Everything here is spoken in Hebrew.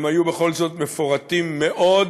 הם היו בכל זאת מפורטים מאוד.